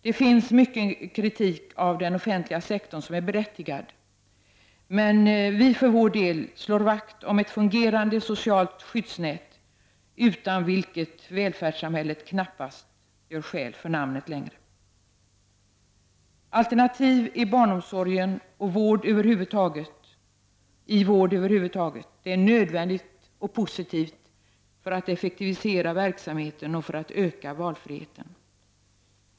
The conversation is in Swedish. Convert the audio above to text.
Det finns mycket kritik av den offentliga sektorn som är berättigad, men vi för vår del slår vakt om ett fungerande socialt skyddsnät, utan vilket välfärdssamhället knappast längre gör skäl för namnet. Alternativ i barnomsorgen och i vård över huvud taget är nödvändiga och positiva för att effektivisera verksamheten och för att öka valfriheten.